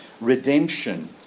redemption